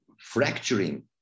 fracturing